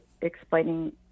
explaining